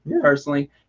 personally